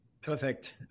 Perfect